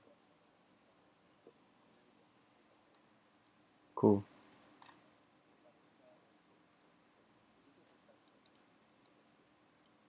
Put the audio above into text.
cool